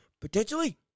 potentially